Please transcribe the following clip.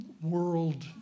world